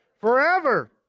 Forever